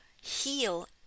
heal